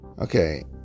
Okay